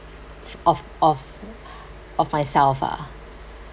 of of of myself ah